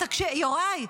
יוראי,